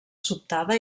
sobtada